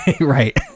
Right